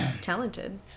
talented